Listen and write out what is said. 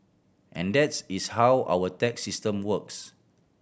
and that's is how our tax system works